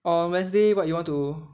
on wednesday what you want to